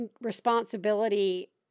responsibility